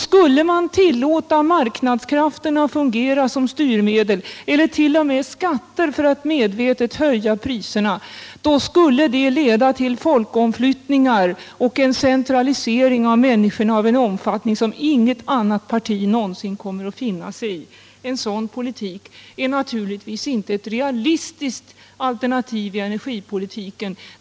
Skulle man tillåta marknadskrafterna att fungera som styrmedel, eller t.o.m. genom skatter, medvetet höja priserna, skulle det leda till folkomflyttningar och en centralisering av människorna av en omfattning som inget annat parti någonsin kommer att finna sig i. En sådan politik är naturligtvis inte ett realistiskt alternativ i energipolitiken.